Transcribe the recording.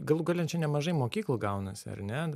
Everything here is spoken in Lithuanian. galų gale nemažai mokyklų gaunasi ar ne